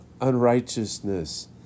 unrighteousness